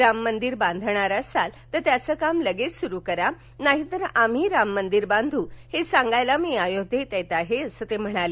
राम मंदिर बांधणार असाल तर त्याचे काम लगेच सुरू करा नाहीतर आम्ही राम मंदिर बांधू हे सांगायला मी अयोध्येत येत आहे असं ते म्हणाले